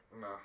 No